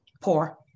poor